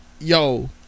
yo